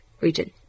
region